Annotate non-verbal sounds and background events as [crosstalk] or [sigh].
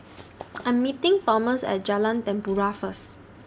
[noise] I'm meeting Thomas At Jalan Tempua First